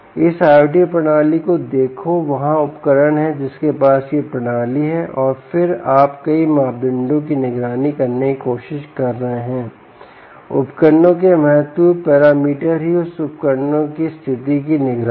इस IOT प्रणाली को देखो वहाँ उपकरण है जिसके पास यह प्रणाली है और फिर आप कई मापदंडों की निगरानी करने की कोशिश कर रहे हैं उपकरणों के महत्वपूर्ण पैरामीटर ही इस उपकरण की स्थिति की निगरानी